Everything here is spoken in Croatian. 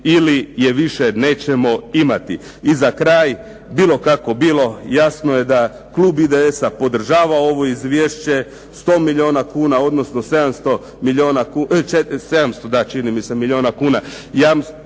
ili je više nećemo imati. I za kraj bilo kako bilo, jasno je da Klub IDS podržava ovo Izvješće, 700 milijuna kuna ili 400 nije sada bitno, milijuna